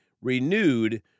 renewed